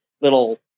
little